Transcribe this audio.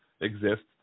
exists